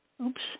Oops